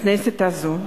בכנסת הזאת.